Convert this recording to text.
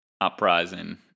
Uprising